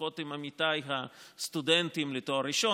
בשיחות עם עמיתיי הסטודנטים לתואר ראשון,